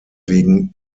wegen